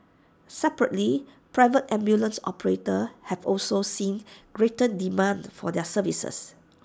separately private ambulance operators have also seen greater demand for their services